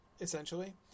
essentially